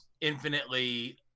infinitely